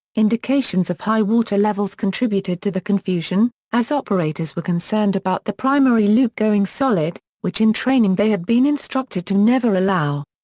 indications of high water levels contributed to the confusion, as operators were concerned about the primary loop going solid, which in training they had been instructed to never allow.